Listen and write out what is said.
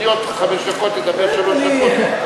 אני בעוד חמש דקות אדבר שלוש דקות.